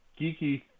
geeky